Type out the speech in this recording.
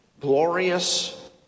Glorious